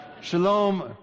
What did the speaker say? Shalom